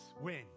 win